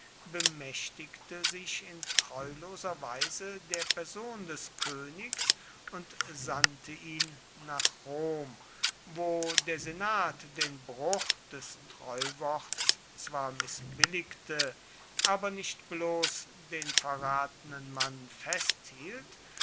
bemächtigte sich in treuloser weise der person des königs und sandte ihn nach rom wo der senat den bruch des treuworts zwar mißbilligte aber nicht bloß den verratenen mann festhielt